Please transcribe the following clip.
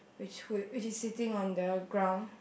which who which is sitting on the ground